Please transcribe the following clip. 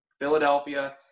Philadelphia